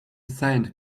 sand